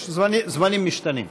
יש זמנים משתנים.